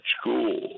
school